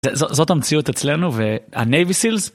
זאת המציאות אצלנו והnavy seals.